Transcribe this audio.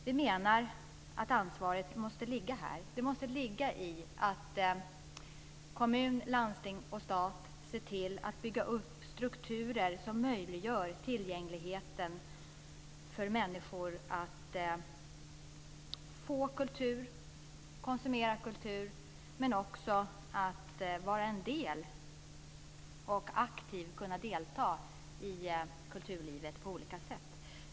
Vi menar att ansvaret måste ligga hos kommun, landsting och stat att bygga upp strukturer som gör det möjligt för människor att konsumera kultur men också att vara en del i och aktivt delta i kulturlivet på olika sätt.